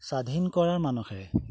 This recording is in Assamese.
স্বাধীন কৰাৰ মানসেৰে